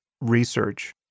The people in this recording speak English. research